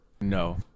No